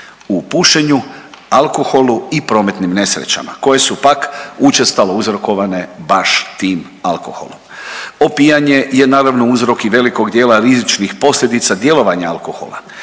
u pušenju, alkoholu i prometnim nesrećama koje su pak učestalo uzrokovane baš tim alkoholom. Opijanje je naravno uzrok i velikog dijela rizičnih posljedica djelovanja alkohola,